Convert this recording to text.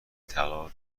طلا